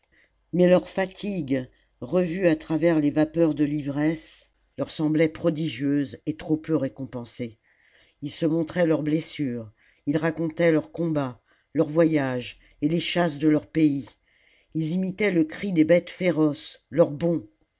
mais leurs fatigues revues à travers les vapeurs de l'ivresse leur semblaient prodigieuses et trop peu récompensées ils se montraient leurs blessures ils racontaient leurs combats leurs voyages et les chasses de leur pays ils imitaient le cri des bétes féroces leurs bonds